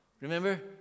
Remember